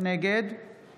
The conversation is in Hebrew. נגד